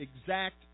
exact